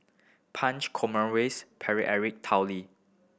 Punch Eric Tao Li